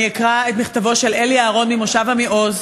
אני אקרא את מכתבו של אלי אהרון ממושב עמיעוז,